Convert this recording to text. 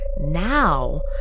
Now